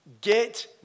get